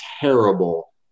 terrible